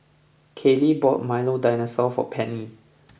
Kaley bought Milo Dinosaur for Penny